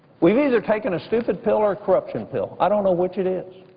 we have either taken a stupid pill or a corruption pill. i don't know which it is.